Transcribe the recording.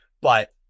But-